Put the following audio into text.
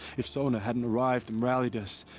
if sona hadn't arrived and rallied us.